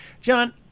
John